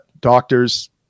doctors